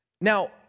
Now